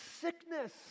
sickness